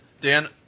Dan